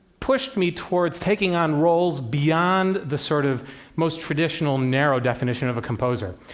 pushed me towards taking on roles beyond the sort of most traditional, narrow definition of a composer.